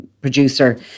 producer